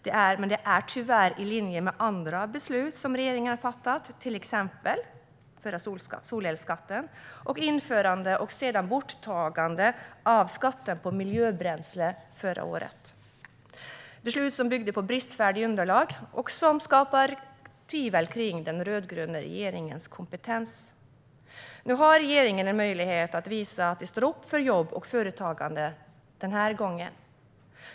Det vore dock tyvärr i linje med andra beslut som regeringen har fattat, till exempel om solcellsskatten och om införandet och sedan borttagandet av skatten på miljöbränsle förra året. Det var beslut som byggde på bristfälliga underlag och som skapar tvivel kring den rödgröna regeringens kompetens. Nu har regeringen en möjlighet att visa att den står upp för jobb och företagande den här gången.